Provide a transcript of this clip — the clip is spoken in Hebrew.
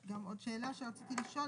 ארבל, מלכיאלי ופינדרוס.